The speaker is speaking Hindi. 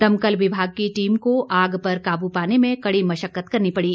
दमकल विभाग की टीम ने को आग पर काबू पाने में कड़ी मशक्कत करनी पड़ी